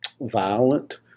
violent